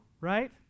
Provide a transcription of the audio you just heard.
right